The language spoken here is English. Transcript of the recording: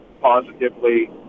positively